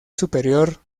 superior